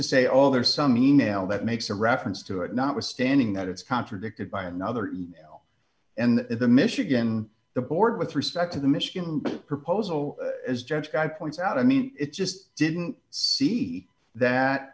just say all there is some e mail that makes a reference to it notwithstanding that it's contradicted by another and the michigan the board with respect to the michigan proposal as judged by points out i mean it just didn't see that